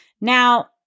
Now